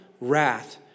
wrath